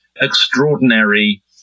extraordinary